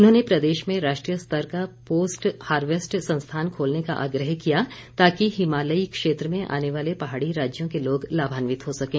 उन्होंने प्रदेश में राष्ट्रीय स्तर का पोस्ट हार्वेस्ट संस्थान खोलने का आग्रह किया ताकि हिमालयी क्षेत्र में आने वाले पहाड़ी राज्यों के लोग लाभान्वित हो सकें